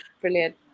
Brilliant